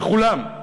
לכולם,